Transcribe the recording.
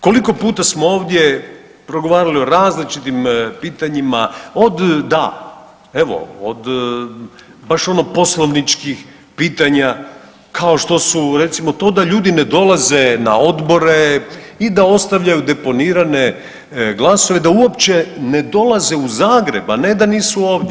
Koliko puta smo ovdje progovarali o različitim pitanjima od da, evo od baš ono poslovničkih pitanja kao što su recimo to da ljudi ne dolaze na odbore i da ostavljaju deponirane glasove, da uopće ne dolaze u Zagreb, a ne da nisu ovdje.